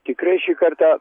tikrai šį kartą